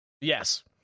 Yes